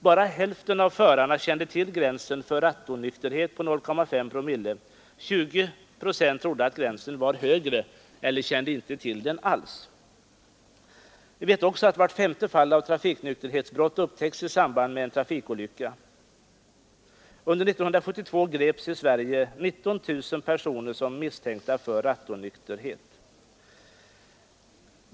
Bara hälften av förarna kände till gränsen för rattonykterhet på 0,5 promille, och 20 trodde att gränsen var högre eller kände inte till den alls. Vart femte fall av trafiknykterhetsbrott upptäcks i samband med en trafikolycka. Under 1972 greps i Sverige 19 000 personer som misstänkta för rattonykterhet.